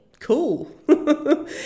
cool